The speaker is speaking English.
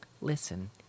listen